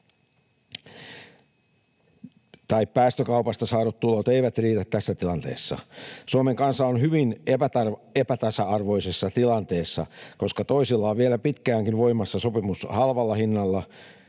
tai päästökaupasta saadut tulot eivät riitä tässä tilanteessa. Suomen kansa on hyvin epätasa-arvoisessa tilanteessa, koska toisilla on vielä pitkäänkin voimassa sopimus halvalla hinnalla